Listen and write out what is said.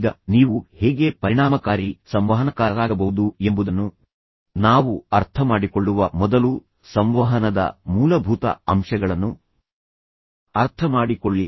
ಈಗ ನೀವು ಹೇಗೆ ಪರಿಣಾಮಕಾರಿ ಸಂವಹನಕಾರರಾಗಬಹುದು ಎಂಬುದನ್ನು ನಾವು ಅರ್ಥಮಾಡಿಕೊಳ್ಳುವ ಮೊದಲು ಸಂವಹನದ ಮೂಲಭೂತ ಅಂಶಗಳನ್ನು ಅರ್ಥಮಾಡಿಕೊಳ್ಳಿ